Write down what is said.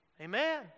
amen